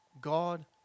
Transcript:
God